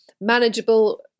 manageable